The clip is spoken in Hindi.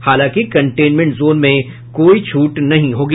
हालांकि कंटेनमेंट जोन में कोई छूट नहीं होगी